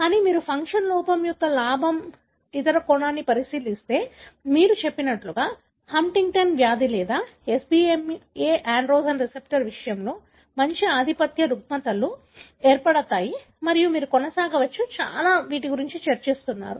కానీ మీరు ఫంక్షన్ లోపం యొక్క లాభం అనే ఇతర కోణాన్ని పరిశీలిస్తే మీరు చెప్పినట్లుగా హంటింగ్టన్ వ్యాధి లేదా SBMA ఆండ్రోజెన్ రిసెప్టర్ విషయంలో మంచి ఆధిపత్య రుగ్మతలు ఏర్పడతాయి మరియు మీరు కొనసాగవచ్చు చాలా చాలా గురించి చర్చిస్తున్నారు